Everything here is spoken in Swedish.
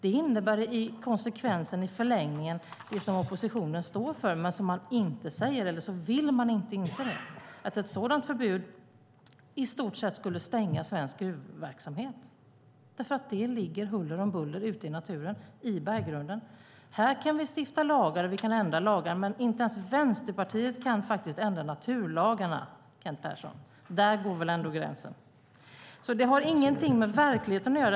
Ett sådant förbud innebär i förlängningen, det som oppositionen står för men inte säger eller inte vill säga, i stort sett slut för svensk gruvverksamhet, för mineralerna ligger huller om buller i naturen, i berggrunden. Här kan vi stifta lagar och ändra lagar, men inte ens Vänsterpartiet kan ändra naturlagarna, Kent Persson. Där går väl ändå gränsen. Det ni föreslår har ingenting med verkligheten att göra.